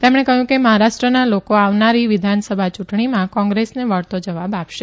તેમણે કહયુ કે મહારાષ્ટ્રના લોકો આવનારી વિધાનસભા ચુંટણીમાં કોંગ્રેસને વળતો જવાબ આપશે